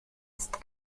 ist